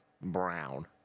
brown